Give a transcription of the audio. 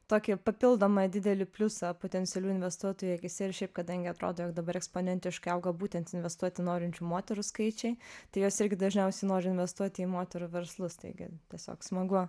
tokį papildomą didelį pliusą potencialių investuotojų akyse ir šiaip kadangi atrodo jog dabar eksponentiškai auga būtent investuoti norinčių moterų skaičiai tai jos irgi dažniausiai nori investuoti į moterų verslus taigi tiesiog smagu